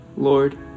Lord